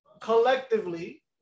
collectively